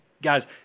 Guys